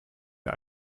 der